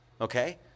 okay